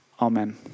Amen